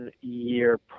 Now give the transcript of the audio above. year